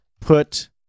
Put